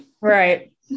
right